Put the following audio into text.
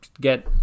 get